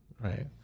Right